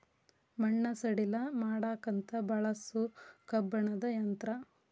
ಮಣ್ಣ ಸಡಿಲ ಮಾಡಾಕಂತ ಬಳಸು ಕಬ್ಬಣದ ಯಂತ್ರಾ